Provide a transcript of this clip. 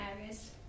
areas